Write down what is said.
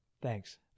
Thanks